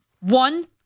One